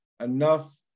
enough